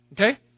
Okay